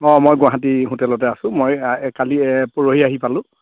অ মই গুৱাহাটী হোটেলতে আছোঁ মই কালি পৰহি আহি পালোঁ